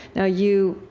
now you,